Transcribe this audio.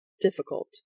difficult